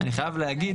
אני חייב להגיד,